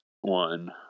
one